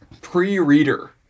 Pre-reader